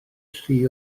llu